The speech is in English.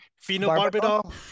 phenobarbital